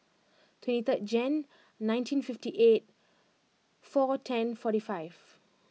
twenty third Jan nineteen fifty eight four ten forty five